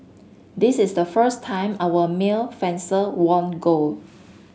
this is the first time our male fencer won gold